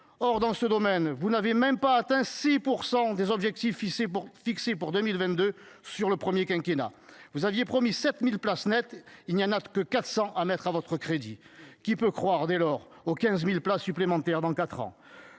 Or, dans ce domaine, vous n'avez même pas atteint 6 % des objectifs fixés pour 2022 lors du premier quinquennat : vous aviez promis 7 000 places en net, il n'y en a que 400 à mettre à votre crédit. Qui peut croire, dès lors, aux 15 000 places supplémentaires dans quatre